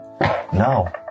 No